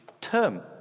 term